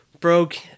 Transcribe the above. broke